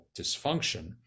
dysfunction